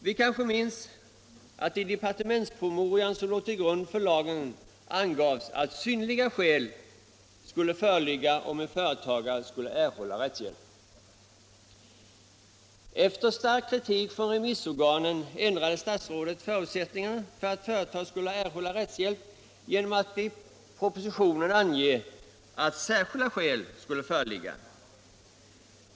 Vi kanske minns att i departementspromemorian som låg till grund för lagen angavs att ”synnerliga skäl” skulle föreligga om en företagare skulle erhålla rättshjälp. Efter stark kritik från remissorganen ändrade statsrådet förutsättningarna för att företag skulle erhålla rättshjälp genom att i propositionen ange att ”särskilda skäl” skulle föreligga.